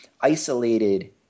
isolated